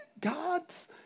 God's